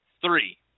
three